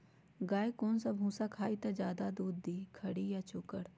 गाय कौन सा भूसा खाई त ज्यादा दूध दी खरी या चोकर?